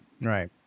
Right